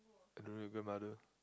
I don't know your grandmother